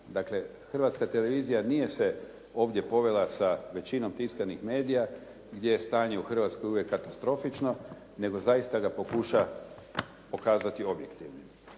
Dakle, Hrvatska televizija nije se ovdje povela sa većinom tiskanih medija gdje je u Hrvatskoj uvijek katastrofično nego zaista ga pokuša pokazati objektivnim.